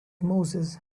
moses